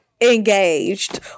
engaged